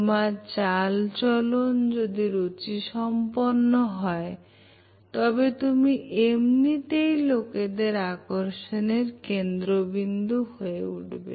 তোমার চালচলন যদি রুচি সম্পন্ন হয় তবে তুমি এমনিতেই লোকেদের আকর্ষণের বিন্দু হয়ে উঠবে